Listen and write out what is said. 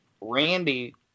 Randy